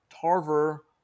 Tarver